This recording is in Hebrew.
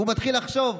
והוא מתחיל לחשוב.